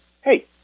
hey